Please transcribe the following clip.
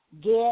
get